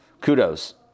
kudos